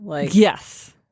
Yes